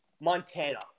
Montana